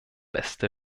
beste